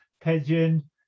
pigeon